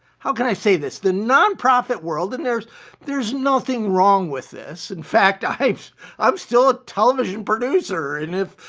how can i say this? the nonprofit world and there's there's nothing wrong with this in fact, i'm i'm still a television producer and if,